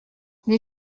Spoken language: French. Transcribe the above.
les